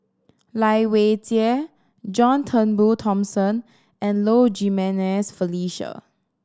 Lai Weijie John Turnbull Thomson and Low Jimenez Felicia